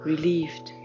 Relieved